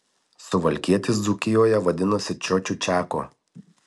suvalkietis dzūkijoje vadinasi čiočiu čiaku